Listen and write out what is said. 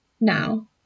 now